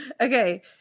Okay